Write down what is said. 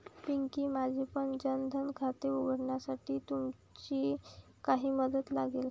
पिंकी, माझेपण जन धन खाते उघडण्यासाठी तुमची काही मदत लागेल